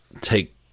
Take